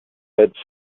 said